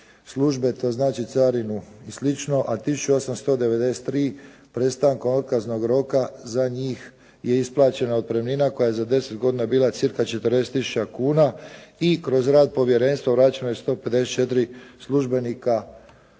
službe to znači carinu i sl. a 1893 prestankom otkaznog roka, za njih je isplaćena otpremnina koja je za 10 godina bila cca 40 tisuća kuna i kroz rad povjerenstva vraćeno je 154 službenika